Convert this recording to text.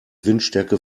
windstärke